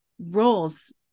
roles